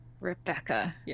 Rebecca